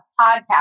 podcast